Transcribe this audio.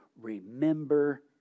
remember